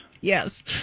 Yes